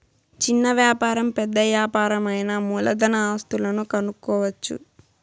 చిన్న వ్యాపారం పెద్ద యాపారం అయినా మూలధన ఆస్తులను కనుక్కోవచ్చు